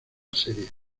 serie